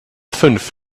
fünf